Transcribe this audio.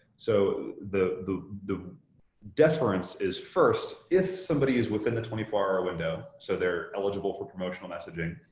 so the the deference is, first, if somebody is within the twenty four hour window, so they're eligible for promotional messaging,